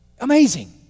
Amazing